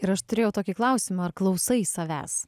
ir aš turėjau tokį klausimą ar klausai savęs